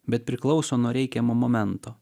bet priklauso nuo reikiamo momento